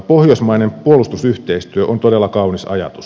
pohjoismainen puolustusyhteistyö on todella kaunis ajatus